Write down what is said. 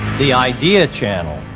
the idea channel.